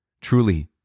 Truly